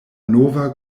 nova